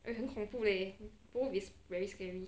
eh 很恐怖 leh both is very scary